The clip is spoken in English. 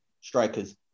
strikers